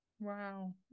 wow